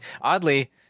Oddly